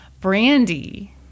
Brandy